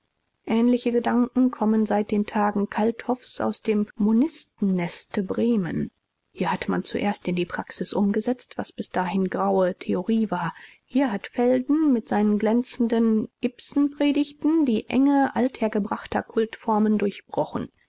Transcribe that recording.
ähnliche gedanken kommen seit den tagen kalthoffs aus dem monistenneste bremen hier hat man zuerst in die praxis umgesetzt was bis dahin graue theorie war hier hat felden mit seinen glänzenden ibsenpredigten die enge althergebrachter kultformen durchbrochen